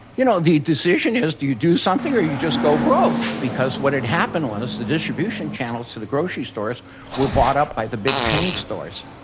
you know the decision is, do you do something, or you just go broke? because what had happened was the distribution channels to the grocery stores were bought up by the big chain stores.